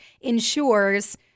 ensures